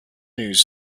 news